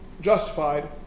justified